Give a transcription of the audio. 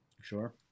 Sure